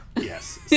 Yes